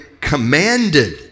commanded